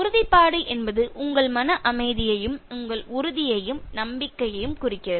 உறுதிப்பாடு என்பது உங்கள் மன அமைதியையும் உங்கள் உறுதியையும் நம்பிக்கையையும் குறிக்கிறது